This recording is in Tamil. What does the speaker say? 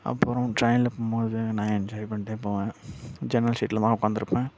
அப்புறோம் ட்ரெயினில் போகும் போது நான் என்ஜாய் பண்ணிடே போகுவன் ஜன்னல் சீட்டில் தான் உட்காந்துருப்பன்